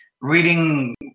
reading